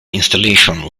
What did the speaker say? installations